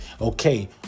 Okay